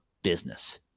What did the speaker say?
business